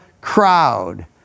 crowd